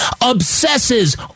obsesses